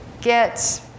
get